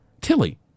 Tilly